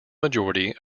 majority